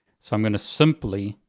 so i'm gonna simply,